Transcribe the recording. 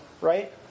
right